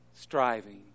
striving